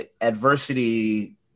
adversity